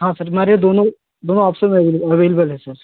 हाँ सर हमारे दोनों दोनों दोनों ऑप्शन अवेलेबल है सर